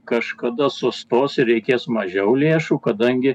kažkada sustos ir reikės mažiau lėšų kadangi